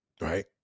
right